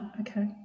okay